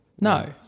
No